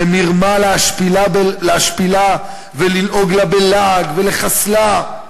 במרמה להשפילה, וללעוג לה בלעג ולחסלה.